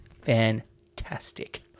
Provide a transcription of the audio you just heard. fantastic